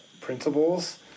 principles